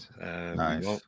nice